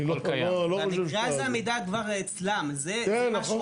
אני לא, לא חושב --- במקרה הזה המידע כבר אצלם.